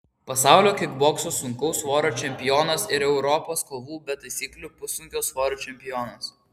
pasaulio kikbokso sunkaus svorio čempionas ir europos kovų be taisyklių pussunkio svorio čempionas